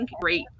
great